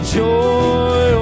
joy